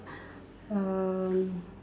um